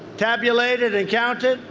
tabulated and counted.